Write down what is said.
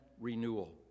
renewal